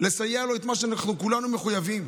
לסייע לו במה שכולנו מחויבים.